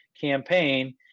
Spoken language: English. campaign